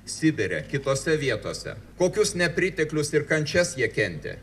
sibire kitose vietose kokius nepriteklius ir kančias jie kentė